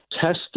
Test